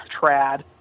Trad